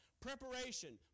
Preparation